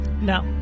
No